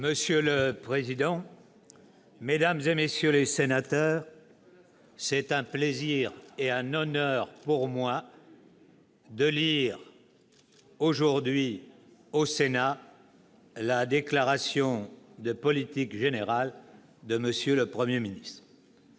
Monsieur le président, mesdames, messieurs les sénateurs, c'est pour moi un plaisir et un honneur de lire aujourd'hui au Sénat la déclaration de politique générale que M. le Premier ministre,